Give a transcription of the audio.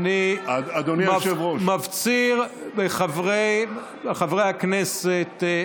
אני מפציר בחברי הכנסת,